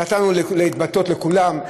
נתנו להתבטא לכולם,